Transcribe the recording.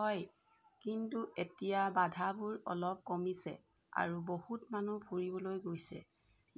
হয় কিন্তু এতিয়া বাধাবোৰ অলপ কমিছে আৰু বহুত মানুহ ফুৰিবলৈ গৈছে